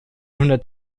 hundert